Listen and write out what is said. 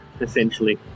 essentially